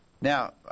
Now